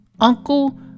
uncle